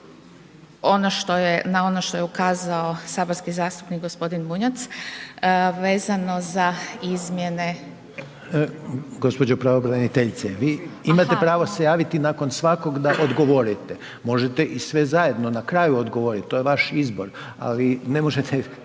na ono što je ukazao saborski zastupnik g. Bunjac vezano za izmjene… **Reiner, Željko (HDZ)** Gđo. pravobraniteljice, vi imate pravo se javiti nakon svakog da odgovorite. Možete i sve zajedno na kraju odgovoriti, to je vaš izbor, ali ne možete